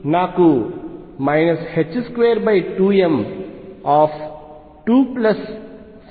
కాబట్టి నాకు 22m24αr2r2e αr222mr2r2e αr Ze24π0re αrEr2e αr వస్తుంది